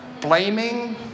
blaming